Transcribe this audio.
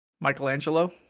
Michelangelo